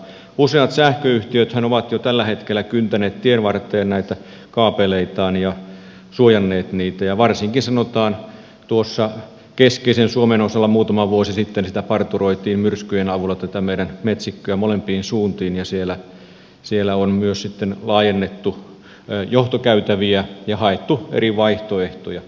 useat sähköyhtiöthän ovat jo tällä hetkellä kyntäneet tienvarteen näitä kaapeleitaan ja suojanneet niitä ja varsinkin sanotaan tuossa keskisen suomen osalla muutama vuosi sitten tätä meidän metsikköämme parturoitiin myrskyjen avulla molempiin suuntiin ja siellä on myös sitten laajennettu johtokäytäviä ja haettu eri vaihtoehtoja